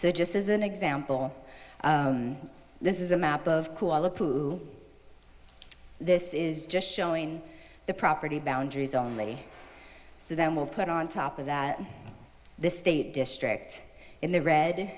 so just as an example this is a map of this is just showing the property boundaries only so then we'll put on top of that this state district in the red